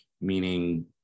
meaning